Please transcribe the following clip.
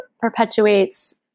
perpetuates